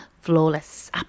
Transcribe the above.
flawless